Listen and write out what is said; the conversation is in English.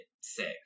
sick